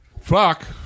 Fuck